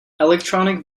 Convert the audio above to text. electronic